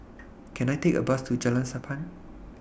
Can I Take A Bus to Jalan Sappan